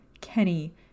Kenny